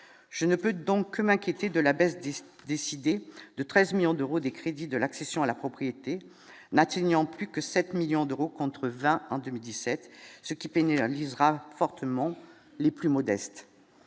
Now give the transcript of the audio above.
je ne peux donc, mais qui était de la baisse du décidé de 13 millions d'euros, des crédits de l'accession à la propriété, Matignon plus que 7 millions d'euros, contre 20 en 2017, ce qui pénalisera fortement les plus modestes,